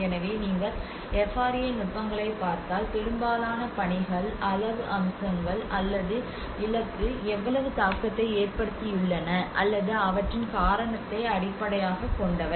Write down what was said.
எனவே நீங்கள் எஃப்ஆர்ஏ நுட்பங்களைப் பார்த்தால் பெரும்பாலான பணிகள் அளவு அம்சங்கள் அல்லது இலக்கு எவ்வளவு தாக்கத்தை ஏற்படுத்தியுள்ளன அல்லது அவற்றின் காரணத்தை அடிப்படையாகக் கொண்டவை